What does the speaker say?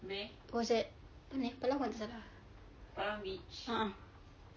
it was at mana eh palawan tak salah a'ah